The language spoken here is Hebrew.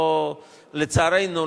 לצערנו,